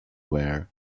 wear